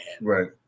Right